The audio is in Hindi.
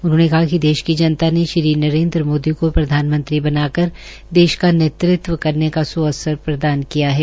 उन्होंने कहा कि देश की जनता ने श्री नरेन्द्र मोदी को प्रधानमंत्री बनाकर देश का नेतृत्व करने का सुअवसर प्रदान किया है